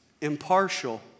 impartial